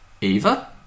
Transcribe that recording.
Eva